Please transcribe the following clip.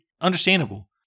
Understandable